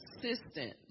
consistent